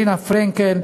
רינה פרנקל,